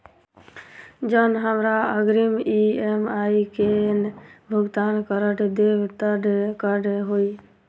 जँ हमरा अग्रिम ई.एम.आई केँ भुगतान करऽ देब तऽ कऽ होइ?